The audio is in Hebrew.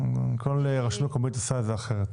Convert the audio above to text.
כל רשות מקומית עושה את זה אחרת.